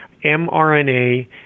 mRNA